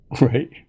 Right